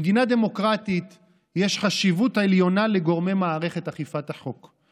במדינה דמוקרטית יש חשיבות עליונה לגורמי מערכת אכיפת החוק,